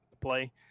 play